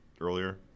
earlier